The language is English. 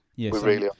Yes